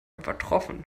übertroffen